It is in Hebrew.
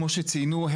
כמו שציינו,